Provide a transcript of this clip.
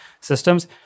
systems